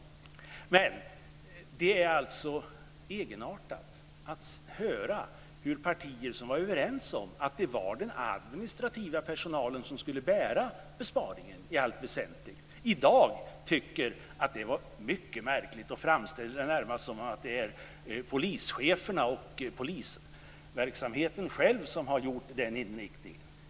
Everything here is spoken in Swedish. Det är egenartat att höra hur partier som var överens om att det var den administrativa personalen som skulle bära besparingen i allt väsentligt i dag tycker att det var mycket märkligt. Det framställs närmast som om det är polischeferna och polisverksamheten själv som har bestämt den inriktningen.